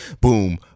boom